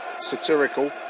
satirical